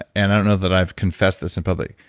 and i don't know that i've confessed this in public.